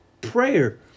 prayer